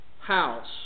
house